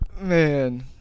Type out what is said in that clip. Man